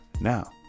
Now